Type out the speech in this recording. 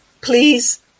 Please